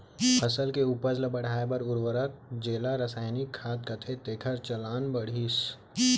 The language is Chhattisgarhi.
फसल के उपज ल बढ़ाए बर उरवरक जेला रसायनिक खाद कथें तेकर चलन बाढ़िस हे